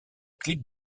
clip